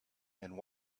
and